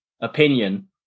opinion